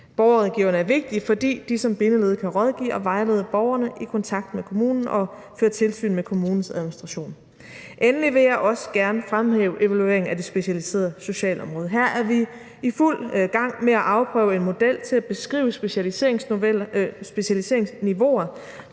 Borgerrådgiverne er vigtige, fordi de som bindeled kan rådgive og vejlede borgerne i kontakten med kommunen og føre tilsyn med kommunens administration. Endelig vil jeg også gerne fremhæve evalueringen af det specialiserede socialområde. Her er vi i fuld gang med at afprøve en model til at beskrive specialiseringsniveauer